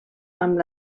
amb